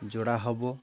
ଯୋଡ଼ା ହେବ